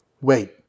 Wait